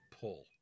pull